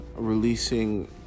releasing